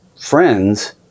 friends